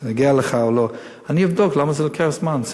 כי מגיע לך או לא, ואני אבדוק למה זה לוקח זמן.